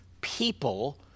people